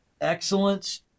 excellence